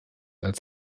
als